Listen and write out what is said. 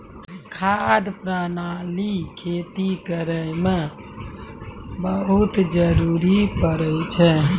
खाद प्रणाली खेती करै म बहुत जरुरी पड़ै छै